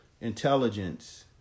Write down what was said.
intelligence